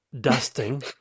dusting